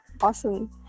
Awesome